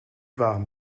warm